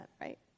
right